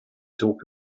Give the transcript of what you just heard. talk